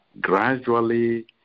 gradually